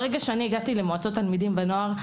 ברגע שהגעתי למועצת התלמידים והנוער,